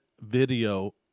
video